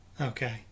Okay